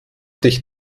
dich